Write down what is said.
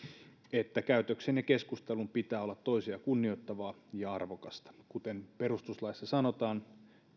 että käytöksen ja keskustelun pitää olla toisia kunnioittavaa ja arvokasta kuten perustuslaissa sanotaan